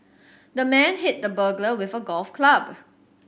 the man hit the burglar with a golf club